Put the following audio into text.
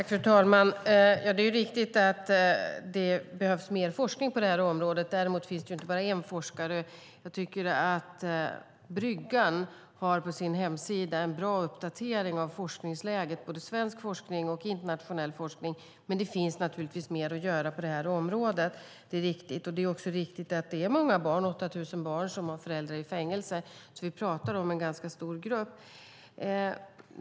Fru talman! Det är riktigt att det behövs mer forskning på det här området. Däremot finns det inte bara en forskare. Bryggan har en bra uppdatering av forskningsläget på sin hemsida, både svensk forskning och internationell forskning, men det finns naturligtvis mer att göra på det här området. Det är också riktigt att så många som 8 000 barn har föräldrar i fängelse, så vi pratar om en ganska stor grupp.